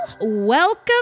Welcome